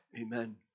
amen